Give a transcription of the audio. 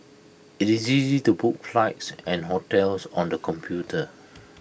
IT is easy to book flights and hotels on the computer